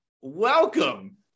Welcome